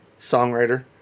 songwriter